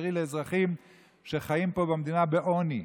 אפשרי לאזרחים שחיים פה במדינה בעוני.